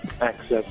Access